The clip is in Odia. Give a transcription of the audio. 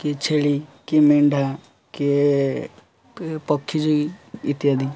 କି ଛେଳି କି ମେଣ୍ଢା କିଏ ପକ୍ଷୀ ଯେଉଁ ଇତ୍ୟାଦି